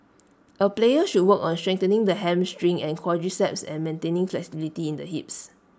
A player should work on strengthening the hamstring and quadriceps and maintaining flexibility in the hips